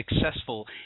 successful